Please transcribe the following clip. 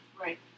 Right